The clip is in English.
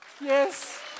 Yes